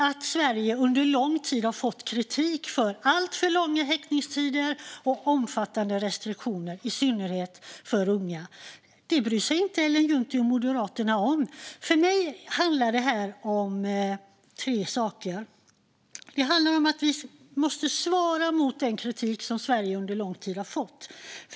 Att Sverige under lång tid har fått kritik för alltför långa häktningstider och omfattande restriktioner, i synnerhet för unga, bryr sig Ellen Juntti och Moderaterna inte om. För mig handlar detta om tre saker. Det handlar om att vi måste svara upp mot den kritik som Sverige under lång tid har fått.